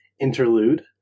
interlude